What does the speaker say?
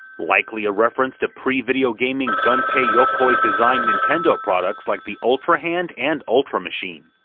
likely a reference to pre-video gaming gunpei yokoi-designed nintendo products like the ultra hand and ultra machine.